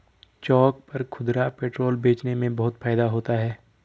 चौक पर खुदरा पेट्रोल बेचने में बहुत फायदा होता है